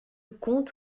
comte